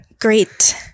great